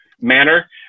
manner